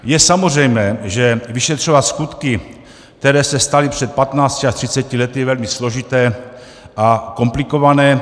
Je samozřejmé, že vyšetřovat skutky, které se staly před patnácti až třiceti lety, je velmi složité a komplikované.